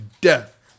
death